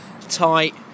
tight